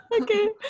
Okay